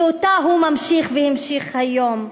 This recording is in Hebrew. שאותה הוא ממשיך והמשיך היום.